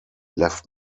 left